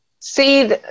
see